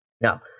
Now